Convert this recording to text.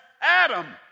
Adam